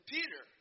Peter